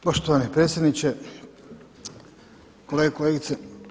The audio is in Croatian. Poštovani predsjedniče, kolege i kolegice.